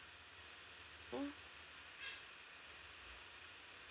mm